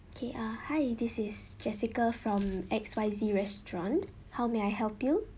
okay uh hi this is jessica from X Y Z restaurant how may I help you